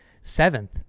seventh